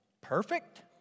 perfect